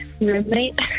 roommate